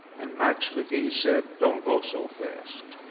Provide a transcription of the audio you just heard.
and max mcgee said, don't go so fast.